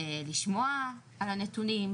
לשמוע על הנתונים,